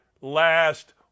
last